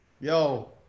Yo